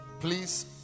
Please